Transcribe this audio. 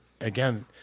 again